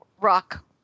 rock